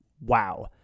Wow